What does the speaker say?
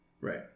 Right